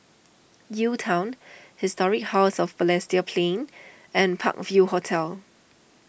UTown Historic House of Balestier Plains and Park View Hotel